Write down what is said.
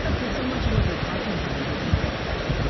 because so much of what they're talking about is what you write about,